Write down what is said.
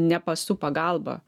ne pasų pagalba